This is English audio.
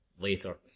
later